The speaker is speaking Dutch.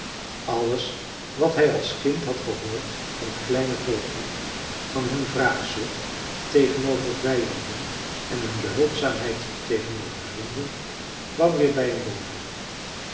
alles wat hij als kind had gehoord van t kleine volkje van hun wraakzucht tegenover vijanden en hun behulpzaamheid tegenover vrienden kwam weer bij hem boven